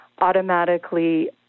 automatically